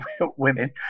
women